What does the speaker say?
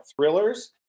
thrillers